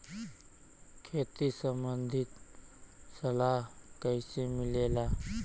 खेती संबंधित सलाह कैसे मिलेला?